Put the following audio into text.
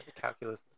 calculus